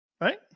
Right